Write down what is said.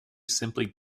simply